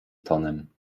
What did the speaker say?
tonem